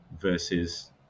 versus